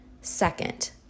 Second